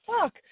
fuck